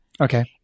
Okay